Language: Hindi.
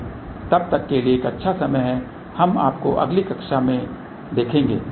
तो तब तक के लिए एक अच्छा समय है हम आपको अगली बार देखेंगे